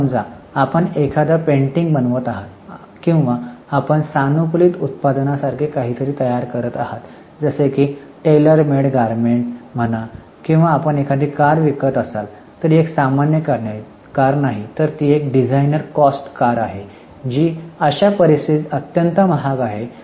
तर समजा आपण एखादा पेंटिंग बनवत आहात किंवा आपण सानुकूलित उत्पादनासारखे काहीतरी तयार करीत आहात जसे की टेलर मेड गारमेंट म्हणा किंवा आपण एखादी कार विकत असाल तर ही एक सामान्य कार नाही तर ती डिझाइनर कॉस्ट कार आहे जी अशा परिस्थितीत अत्यंत महाग आहे